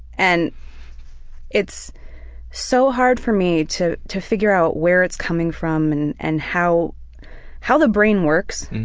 and it's so hard for me to to figure out where it's coming from and and how how the brain works,